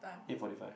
eight forty five